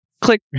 click